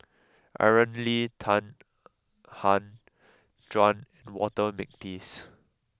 Aaron Lee Tan Han Juan and Walter Makepeace